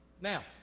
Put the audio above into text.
Now